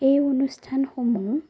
এই অনুষ্ঠানসমূহ